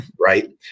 right